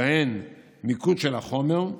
ובהן מיקוד של החומר,